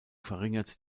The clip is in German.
verringert